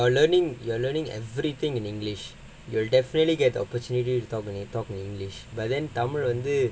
you are you're learning you're learning everything in english you'll definitely get the opportunity to talk talk in english but then tamil